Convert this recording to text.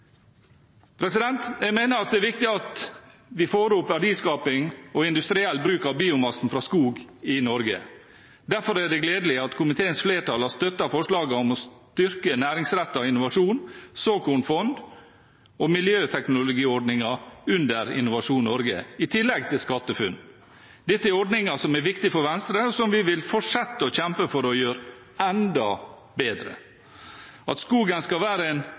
Jeg mener det er viktig at vi får opp verdiskaping og industriell bruk av biomassen fra skog i Norge. Derfor er det gledelig at komiteens flertall har støttet forslagene om å styrke næringsrettet innovasjon, såkornfond og miljøteknologiordninger under Innovasjon Norge, i tillegg til SkatteFUNN. Dette er ordninger som er viktig for Venstre, og som vi vil fortsette å kjempe for å gjøre enda bedre. At skogen skal være en